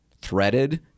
threaded